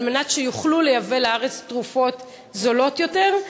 מנת שיוכלו לייבא לארץ תרופות זולות יותר?